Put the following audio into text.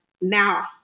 now